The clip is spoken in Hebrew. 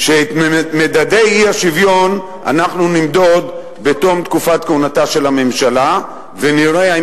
את מדדי האי-שוויון אנחנו נמדוד בתום תקופת כהונתה של הממשלה ונראה אם